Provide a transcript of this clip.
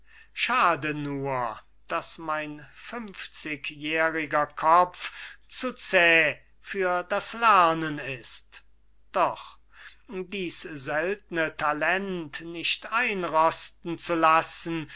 schade nur daß mein fünfzigjähriger kopf zu zäh für das lernen ist doch dies seltne talent nicht einrosten zu lassen